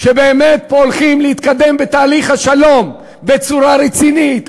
שבאמת הולכים פה להתקדם בתהליך השלום בצורה רצינית,